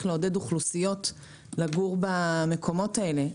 לעודד אוכלוסיות לגור במקומות האלה.